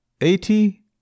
Eighty